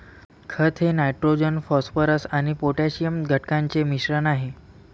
खत हे nitrogen phosphorus आणि पोटॅशियम घटकांचे मिश्रण आहे